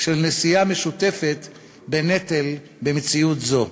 של נשיאה משותפת בנטל במציאות זו.